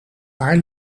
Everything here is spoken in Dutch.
paar